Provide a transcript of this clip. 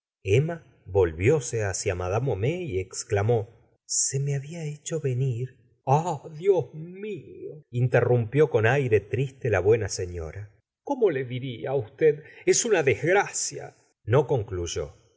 emma volvióse hacia madame homais exclamó se me había hecho venir ah dios mío interrumpió con aire triste la buena señora cómo le diría á usted es una desgracia n o concluyó el